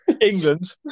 England